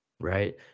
right